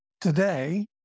today